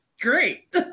great